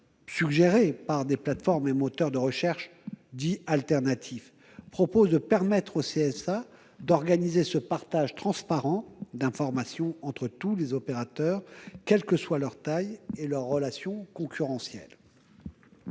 par des plateformes et des moteurs de recherche dits « alternatifs », tend à permettre au CSA d'organiser un partage transparent d'informations entre tous les opérateurs, quelles que soient leur taille et leurs relations concurrentielles.